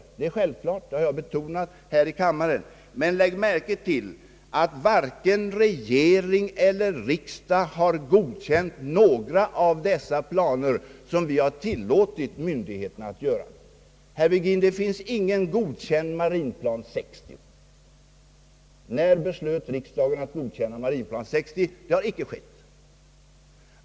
Det är någonting självklart, vilket jag också har betonat här i kammaren. Lägg dock märke till att varken regering eller riksdag har godkänt några av de planer som vi har tillåtit myndigheterna att uppgöra. Det finns, herr Virgin, ingen godkänd marinplan 60. När skulle riksdagen ha beslutat om en sådan? Det har inte skett.